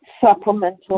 supplemental